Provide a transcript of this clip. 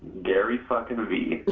gary-fuckin'-vee.